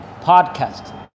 podcast